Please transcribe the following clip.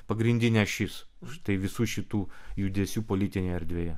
pagrindinė ašis štai visų šitų judesių politinėje erdvėje